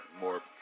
more